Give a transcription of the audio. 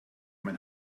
mein